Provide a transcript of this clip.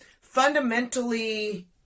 fundamentally